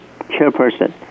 chairperson